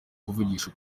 kuvugisha